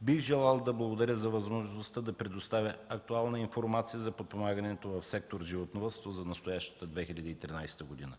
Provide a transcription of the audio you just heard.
Бих желал да благодаря за възможността да предоставя актуална информация за подпомагането в сектор „Животновъдство” за настоящата 2013 г.